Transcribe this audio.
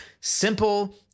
Simple